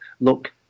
look